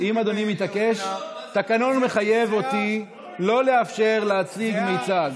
התקנון מחייב אותי לא לאפשר להציג מיצג.